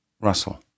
Russell